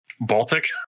Baltic